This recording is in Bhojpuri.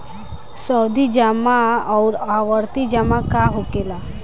सावधि जमा आउर आवर्ती जमा का होखेला?